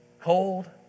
Cold